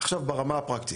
עכשיו ברמה הפרקטית,